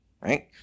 right